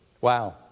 Wow